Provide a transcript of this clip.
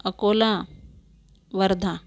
Akola Wardha